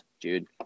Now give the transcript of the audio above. dude